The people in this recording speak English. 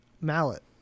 mallet